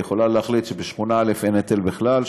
היא יכולה להחליט שבשכונה א' אין היטל בכלל,